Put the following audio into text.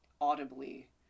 audibly